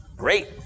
Great